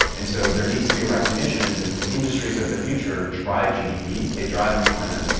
and so there needs to be a recognition that the industries of the future drive gdp, they drive employment.